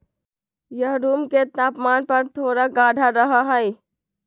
यह रूम के तापमान पर थोड़ा गाढ़ा रहा हई